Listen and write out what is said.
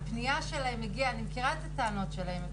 הפנייה שלהן הגיעה, אני מכירה את הטענות שלהן.